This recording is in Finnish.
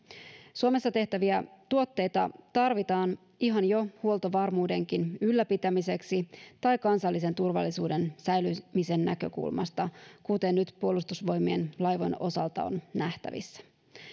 suomessa tehtäviä tuotteita tarvitaan ihan jo huoltovarmuudenkin ylläpitämiseksi tai kansallisen turvallisuuden säilymisen näkökulmasta kuten nyt puolustusvoimien laivojen osalta on nähtävissä